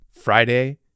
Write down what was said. Friday